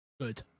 good